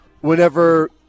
whenever